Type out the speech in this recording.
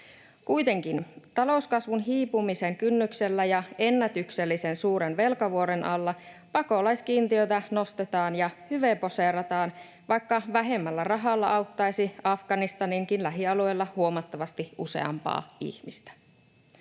Kuitenkin talouskasvun hiipumisen kynnyksellä ja ennätyksellisen suuren velkavuoren alla pakolaiskiintiötä nostetaan ja hyveposeerataan, vaikka vähemmällä rahalla auttaisi Afganistaninkin lähialueilla huomattavasti useampaa ihmistä.